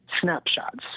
snapshots